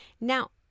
Now